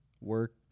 Work